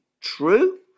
true